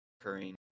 occurring